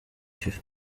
fifa